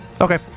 Okay